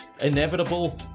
inevitable